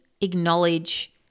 acknowledge